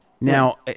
Now